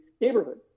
neighborhood